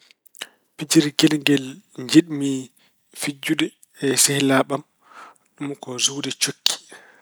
Pijirngel ngel njiɗmi fijjude e sehilaaɓe am ɗum ko juwde cokki.